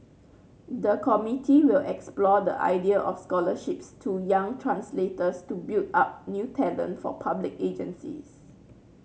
the committee will explore the idea of scholarships to young translators to build up new talent for public agencies